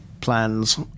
plans